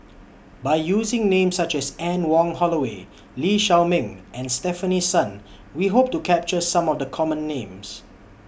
By using Names such as Anne Wong Holloway Lee Shao Meng and Stefanie Sun We Hope to capture Some of The Common Names